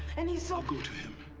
and he's i'll go to him.